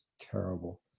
terrible